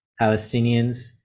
Palestinians